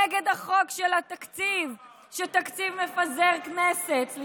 נגד החוק של התקציב, שתקציב מפזר כנסת, הזמן עבר.